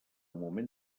moment